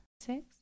six